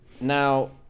Now